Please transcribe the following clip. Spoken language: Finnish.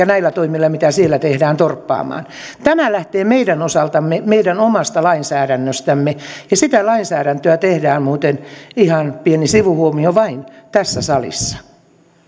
näillä toimilla mitä siellä tehdään torppaamaan tämä lähtee meidän osaltamme meidän omasta lainsäädännöstämme ja sitä lainsäädäntöä tehdään muuten ihan pieni sivuhuomio vain tässä salissa